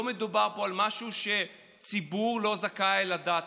לא מדובר פה על משהו שהציבור לא זכאי לדעת.